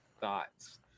Thoughts